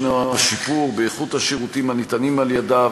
יש שיפור באיכות השירותים הניתנים על-ידיה,